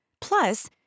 Plus